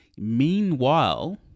meanwhile